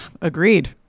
agreed